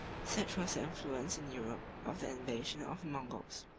such was the influence in europe of the invasion of the moguls.